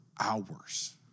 hours